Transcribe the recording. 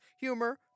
humor